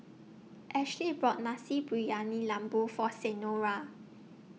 Ashley bought Nasi Briyani Lembu For Senora